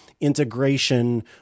integration